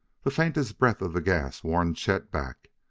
the faintest breath of the gas warned chet back.